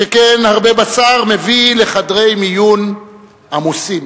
שכן הרבה בשר מביא לחדרי מיון עמוסים.